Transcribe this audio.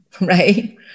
right